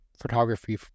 photography